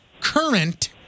current